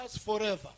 forever